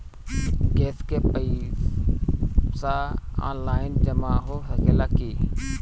Gas के पइसा online जमा हो सकेला की?